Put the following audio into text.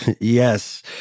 Yes